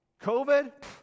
COVID